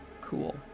Cool